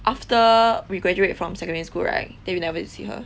after we graduate from secondary school right then we never see her